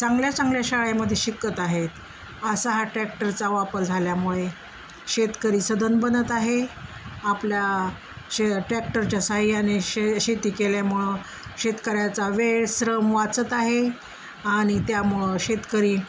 चांगल्या चांगल्या शाळेमध्ये शिकत आहेत असा हा टॅक्टरचा वापर झाल्यामुळे शेतकरी सधन बनत आहे आपल्या शे टॅक्टरच्या सहाय्याने शे शेती केल्यामुळं शेतकऱ्याचा वेळ श्रम वाचत आहे आणि त्यामुळं शेतकरी